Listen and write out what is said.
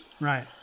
right